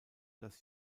das